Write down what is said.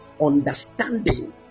understanding